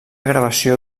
gravació